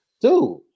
Dude